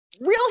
real